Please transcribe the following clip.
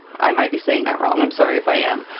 i might be saying that wrong, i'm sorry if i am!